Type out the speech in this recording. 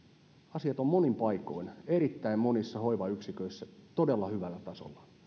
asiat ovat monin paikoin erittäin monissa hoivayksiköissä todella hyvällä tasolla